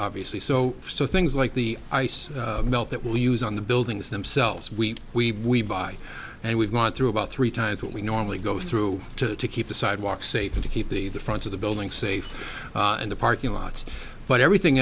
obviously so so things like the ice melt that we use on the buildings themselves we we we buy and we've gone through about three times what we normally go through to keep the sidewalks safe and to keep the the front of the building safe and the parking lots but everything